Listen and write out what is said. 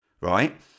right